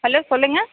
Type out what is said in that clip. hello சொல்லுங்கள்